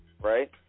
right